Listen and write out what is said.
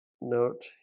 Note